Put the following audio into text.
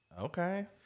Okay